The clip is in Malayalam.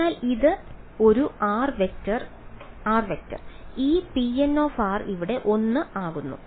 അതിനാൽ ഇത് ഒരു r→ അതിനാൽ ഈ pn ഇവിടെ 1 ആണ് മറ്റെല്ലായിടത്തും 0 ആണ്